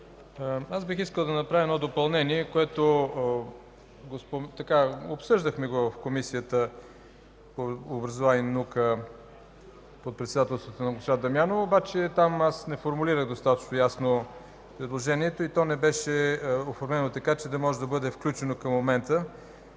аз бих искал да направя допълнение, което обсъждахме в Комисията по образованието и науката под председателството на госпожа Дамянова, обаче там аз не формулирах достатъчно ясно предложението и то не беше оформено така, че да може да бъде включено към момент